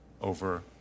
over